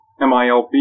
MILB